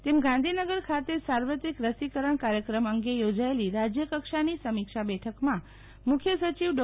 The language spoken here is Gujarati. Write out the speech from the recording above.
તેમ ગાંધીનગર ખાતે સાર્વત્રિક રસીકરણ કાર્યક્રમ અંગે યોજાયેલી રાજ્યકક્ષાની સમીક્ષા બેઠકમાં મુખ્ય સચિવ ડૉ